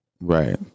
Right